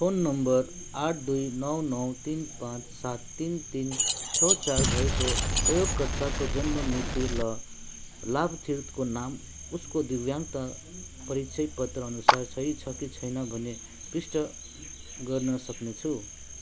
phone number आठ दुई नौ नौ तिन पाँच सात तिन तिन छ चार भएको प्रयोगकर्ताको जन्म मिति र लाभार्थीको नाम उसको दिव्याङ्गता परिचयपत्र अनुसार सही छ कि छैन भनी पुष्टि गर्न सक्नुहुन्छ